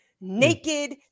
naked